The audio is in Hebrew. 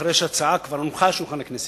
אחרי שההצעה כבר הונחה על שולחן הכנסת.